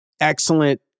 excellent